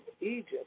Egypt